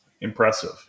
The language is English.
Impressive